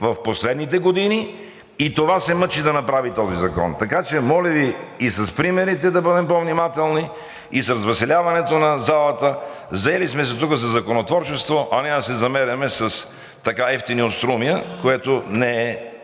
в последните години. Това се мъчи да направи този закон. Така че моля Ви и с примерите да бъдем по-внимателни, и с развеселяването на залата. Заели сме се тук със законотворчество, а не да се замеряме с евтини остроумия, което не е